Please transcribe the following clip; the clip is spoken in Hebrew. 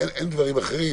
אין דברים אחרים.